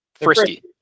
frisky